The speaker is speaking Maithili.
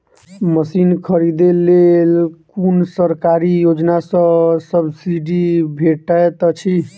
मशीन खरीदे लेल कुन सरकारी योजना सऽ सब्सिडी भेटैत अछि?